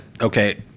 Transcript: okay